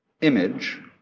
image